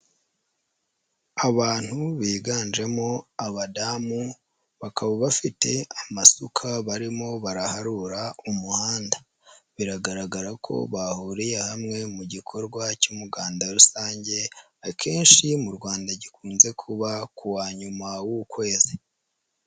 Abantu biganjemo abadamu bakaba bafite amasuka barimo baraharura umuhanda. Biragaragara ko bahuriye hamwe mu gikorwa cy'umuganda rusange, akenshi mu Rwanda gikunze kuba ku wa nyuma w'ukwezi.